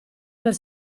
per